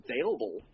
available